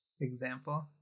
example